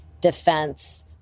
defense